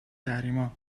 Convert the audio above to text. تحریما